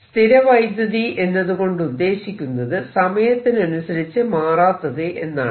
സ്ഥിര വൈദ്യുതി എന്നതുകൊണ്ടുദ്ദേശിക്കുന്നത് സമയത്തിനനുസരിച്ച് മാറാത്തത് എന്നാണ്